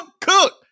cook